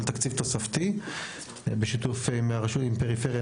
אבל תקציב תוספתי בשיתוף פריפריה,